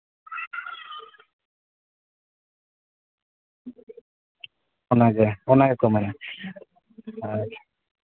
ᱚᱱᱟᱜᱮ ᱚᱱᱟ ᱜᱮᱠᱚ ᱢᱮᱱᱟ